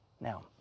Now